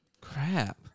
Crap